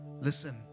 Listen